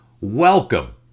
Welcome